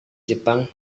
jepang